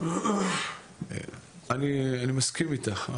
אני מסכים איתך.